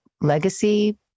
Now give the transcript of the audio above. Legacy